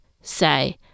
say